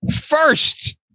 First